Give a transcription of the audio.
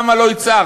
למה לא הצהרת?